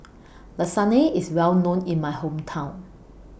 Lasagne IS Well known in My Hometown